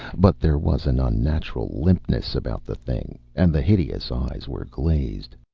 but there was an unnatural limpness about the thing, and the hideous eyes were glazed.